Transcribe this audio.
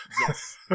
Yes